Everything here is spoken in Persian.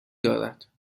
دارد